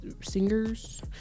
singers